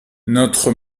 notre